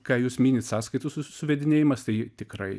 ką jūs minit sąskaitų suvedinėjimas tai tikrai